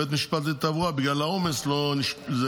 בגלל העומס בבית משפט לתעבורה,